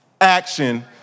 action